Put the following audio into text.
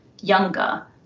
younger